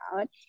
out